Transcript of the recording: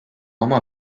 oma